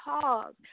cause